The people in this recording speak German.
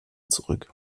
zurück